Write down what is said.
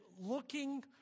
looking